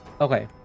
Okay